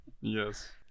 Yes